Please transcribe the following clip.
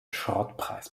schrottpreis